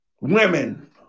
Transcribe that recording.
women